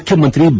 ಮುಖ್ಯಮಂತ್ರಿ ಬಿ